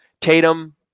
tatum